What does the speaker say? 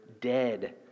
dead